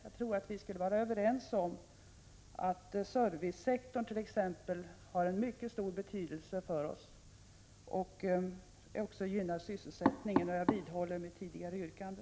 Jag tror att vi skulle kunna vara överens t.ex. om att servicesektorn har en mycket stor betydelse och också gynnar sysselsättningen. Jag vidhåller mitt tidigare yrkande.